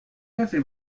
کسی